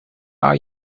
are